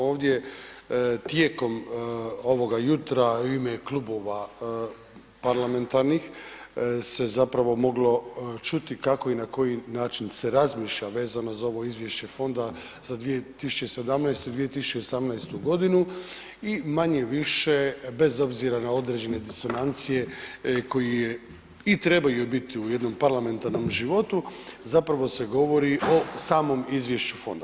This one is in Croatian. Ovdje tijekom ovoga jutra u ime klubova parlamentarnih se zapravo moglo čuti kako i na koji način se razmišlja vezano za ovo izvješće fonda za 2017. i 2018.g. i manje-više bez obzira na određene disonancije koje i trebaju biti u jednom parlamentarnom životu, zapravo se govori o samom izvješću fonda.